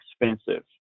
expensive